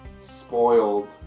spoiled